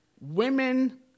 women